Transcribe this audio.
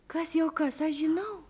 kas jau kas aš žinau